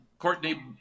Courtney